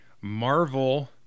Marvel